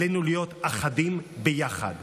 עלינו להיות אחדים ביחד.